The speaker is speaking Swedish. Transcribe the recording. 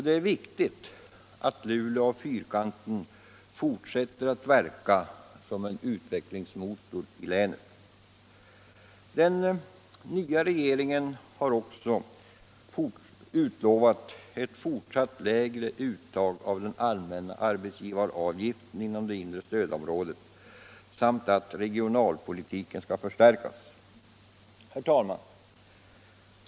Det är viktigt att Luleå och fyrkanten fortsätter att verka som en utvecklingsmotor 1 länet. Den nya regeringen har också utlovat ett fortsatt lägre uttag av den allmänna arbetsgivaravgiften inom det inre stödområdet samt att regionalpolitiken skall förstärkas. Herr talman!